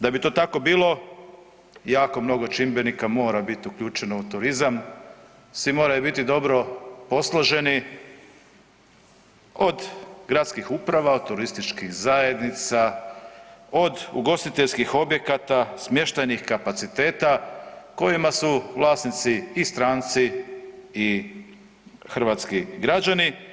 Da bi to tako bilo jako mnogo čimbenika mora bit uključeno u turizam, svi moraju biti dobro posloženi od gradskih uprava, od turističkih zajednica, od ugostiteljskih objekata, smještajnih kapaciteta kojima su vlasnici i stranci i hrvatski građani.